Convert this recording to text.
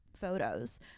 photos